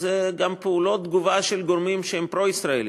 גם פעולות תגובה של גורמים שהם פרו-ישראליים,